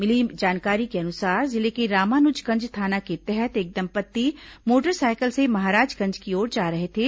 मिली जानकारी के अनुसार जिले के रामानुजगंज थाना के तहत एक दंपत्ति मोटरसाइकिल से महाराजगंज की ओर जा रहे थे